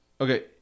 Okay